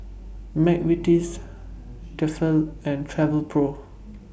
Mcvitie's Tefal and Travelpro